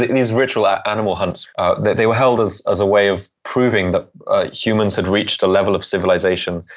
these ritual animal hunts that they were held as as a way of proving that humans had reached a level of civilization,